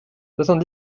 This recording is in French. soixante